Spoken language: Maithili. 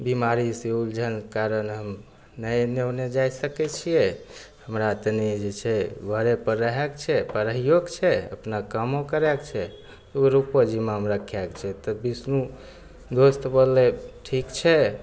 बेमारीसे उलझन कारण हम नहि एन्ने ओन्ने जा सकै छिए हमरा तनि जे छै घरेपर रहैके छै पढ़ैओके छै अपना कामो करैके छै दुइ रुपो जिम्मामे रखैके छै तऽ विष्णु दोस्त बोललै ठीक छै